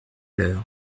l’heure